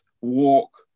walk